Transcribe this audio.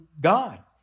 God